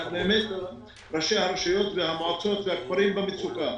ראשי הרשויות, המועצות והכפרים במצוקה.